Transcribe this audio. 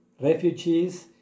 refugees